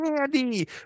Andy